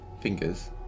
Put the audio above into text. fingers